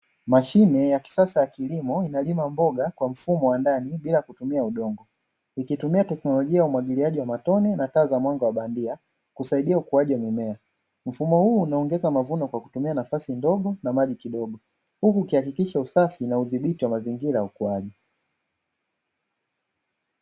Mashine ya kisasa ya kilimo inalima mboga kwa mfumo wa ndani bila kutumia udongo, ikitumia teknolojia ya umwagiliaji wa matone na taa za mwanga wa bandia kusaidia ukuaji wa mimea, mfumo huu unaongeza mavuno kwa kutumia nafasi ndogo na maji kidogo huku ukihakikisha usafi na udhibiti wa mazingira ya ukuaji.